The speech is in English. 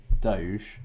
Doge